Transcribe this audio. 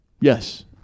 Yes